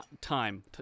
time